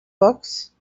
books